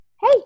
hey